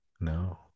no